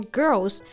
girls